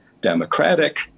democratic